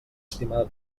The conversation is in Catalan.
estimada